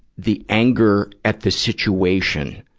the anger at the situation,